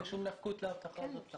אין כל נפקות --- לא